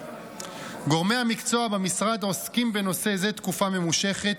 גורמי המקצוע במשרד עוסקים בנושא זה תקופה ממושכת,